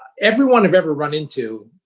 everyone i've ever run into,